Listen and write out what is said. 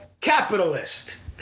capitalist